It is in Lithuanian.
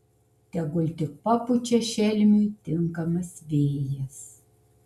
tegul tik papučia šelmiui tinkamas vėjas